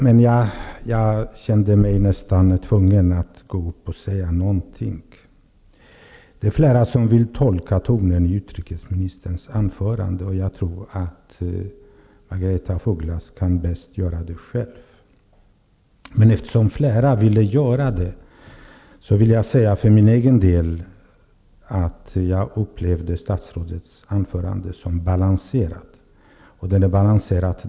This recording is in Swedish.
Men jag kände mig nästan tvungen att gå upp i talarstolen och säga någonting. Det är flera som vill tolka tonen i utrikesministerns anförande. Jag tror att Margaretha af Ugglas kan göra det bäst själv. Men jag vill säga för min egen del att jag upplevde statsrådets anförande som balanserat.